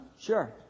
Sure